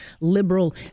liberal